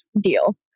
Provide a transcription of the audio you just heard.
deal